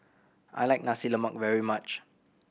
I like Nasi Lemak very much